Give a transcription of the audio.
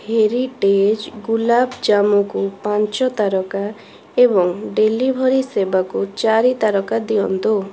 heritage ଗୁଲାବ୍ ଜାମୁକୁ ପାଞ୍ଚ ତାରକା ଏବଂ ଡେଲିଭରି ସେବାକୁ ଚାରି ତାରକା ଦିଅନ୍ତୁ